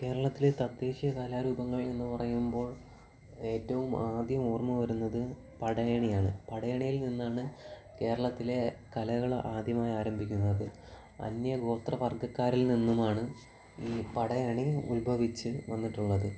കേരളത്തിലെ തദ്ദേശീയ കലാരൂപങ്ങൾ എന്ന് പറയുമ്പോൾ ഏറ്റവും ആദ്യം ഓർമ്മവരുന്നത് പടയണി ആണ് പടയണിയിൽ നിന്നാണ് കേരളത്തിലെ കലകൾ ആദ്യമായി ആരംഭിക്കുന്നത് അന്യഗോത്രവർഗ്ഗക്കാരിൽ നിന്നുമാണ് ഈ പടയണി ഉൽഭവിച്ച് വന്നിട്ടുള്ളത്